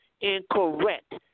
incorrect